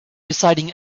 deciding